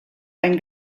ein